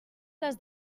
les